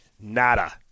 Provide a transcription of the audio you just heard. Nada